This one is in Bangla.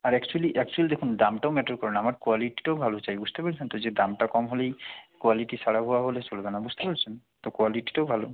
আর অ্যাকচ্যুযালি অ্যাকচ্যুযালি দেখুন দামটাও ম্যাটার করে না আমার কোয়ালিটিটাও ভালো চাই বুঝতে পেরেছেন তো যে দামটা কম হলেই কোয়ালিটি খারাপ হওয়া হলে চলবে না বুঝতে পেরেছেন তো কোয়ালিটিটাও ভালো